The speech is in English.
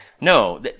no